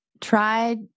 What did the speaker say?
tried